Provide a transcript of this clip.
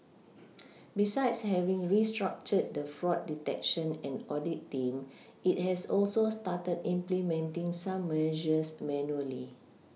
besides having restructured the fraud detection and audit team it has also started implementing some measures manually